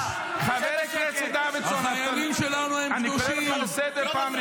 קרויזר --- לדבר על הצבא,